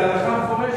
זו הלכה מפורשת.